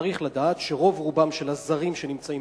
צריך לדעת שרוב רובם של הזרים שנמצאים